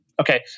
Okay